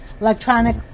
Electronic